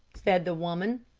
said the woman.